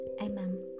Amen